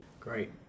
Great